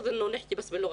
ושהאוזן שלהם תתאמץ לתרגם,